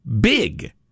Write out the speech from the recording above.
big